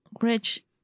Rich